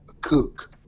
cook